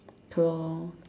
okay lor